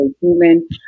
human